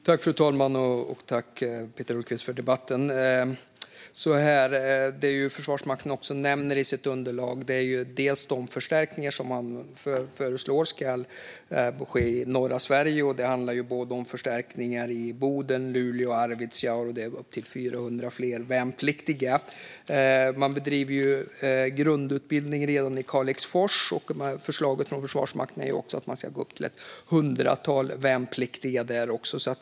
Fru talman! Jag tackar Peter Hultqvist för debatten. Det som Försvarsmakten också nämner i sitt underlag är bland annat de förstärkningar som man föreslår ska ske i norra Sverige. Det handlar om förstärkningar i Boden, Luleå och Arvidsjaur och upp till 400 fler värnpliktiga. Man bedriver redan grundutbildning i Kalixfors. Och förslaget från Försvarsmakten är att man ska gå upp till ett hundratal värnpliktiga där också.